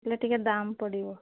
ଏଇଟା ଟିକିଏ ଦାମ୍ ପଡ଼ିବ